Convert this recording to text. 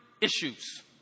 issues